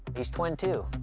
he's twin two.